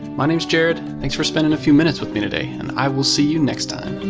my name's jared, thanks for spending a few minutes with me today and i will see you next time.